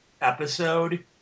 episode